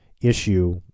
issue